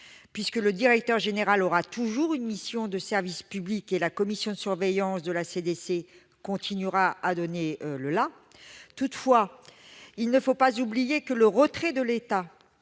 puisque le directeur général aura toujours une mission de service public et la commission de surveillance de la CDC continuera à donner le la. Toutefois, il ne faut pas oublier que le retrait de l'État